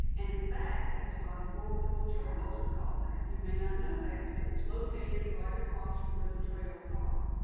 and and fact that's why the whirlpool trails are called that. you may not know that, but it's located right across from where the trails are.